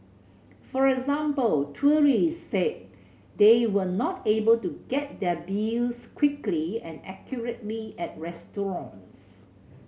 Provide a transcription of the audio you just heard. for example tourists said they were not able to get their bills quickly and accurately at restaurants